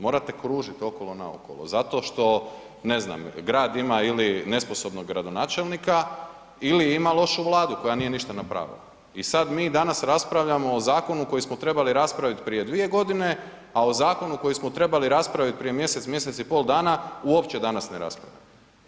Morate kružiti okolo naokolo zato što, ne znam, grad ima ili nesposobnog gradonačelnika ili ima lošu Vladu koja nije ništa napravila i sad mi danas raspravljamo o zakonu koji smo trebali raspraviti prije 2 godine, a o zakonu koji smo trebali raspraviti prije mjesec, mjesec i pol dana uopće danas ne raspravljamo.